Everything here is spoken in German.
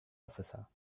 officer